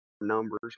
numbers